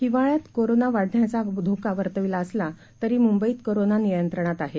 हिवाळ्यात कोरोना वाढण्याचा धोका वर्तविला असला तरी मुंबईत कोरोना नियंत्रणात आहे